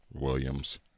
Williams